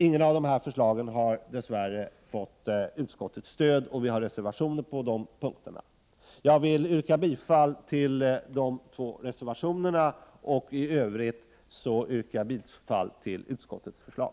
Inget av dessa förslag har dess värre fått utskottets stöd, varför vi har reservationer på dessa punkter. Jag yrkar bifall till våra reservationer och i övrigt bifall till utskottets förslag.